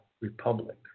republic